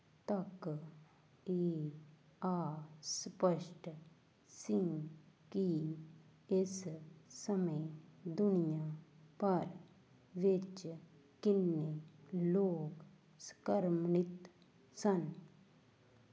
ਤੱਕ ਇਹ ਅਸਪਸ਼ਟ ਸੀ ਕਿ ਇਸ ਸਮੇਂ ਦੁਨੀਆਂ ਭਰ ਵਿੱਚ ਕਿੰਨੇ ਲੋਕ ਸੰਕਰਮਿਤ ਸਨ